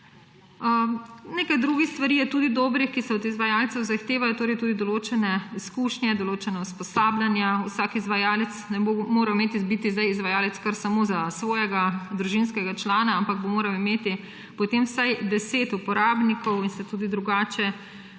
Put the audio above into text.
Nekaj drugih stvari je tudi dobrih, ki se od izvajalcev zahtevajo. Torej določene izkušnje, določena usposabljanja, vsak izvajalec ne bo mogel biti zdaj izvajalec samo za svojega družinskega člana, ampak bo moral imeti potem vsaj 10 uporabnikov in se tudi drugače